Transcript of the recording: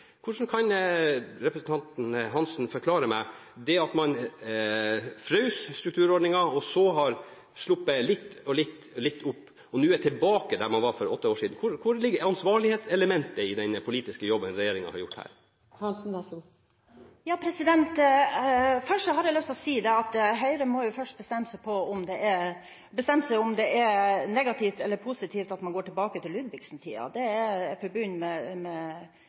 Hvordan kan representanten Hansen forklare meg det at man frøs strukturordningen, og så har man sluppet opp litt og litt og er nå tilbake der man var for åtte år siden? Hvor ligger ansvarlighetselementet i den politiske jobben regjeringen har gjort her? Først har jeg lyst til å si at Høyre først må få bestemt seg for om det er negativt eller positivt at man går tilbake til Ludvigsen-tiden. Det er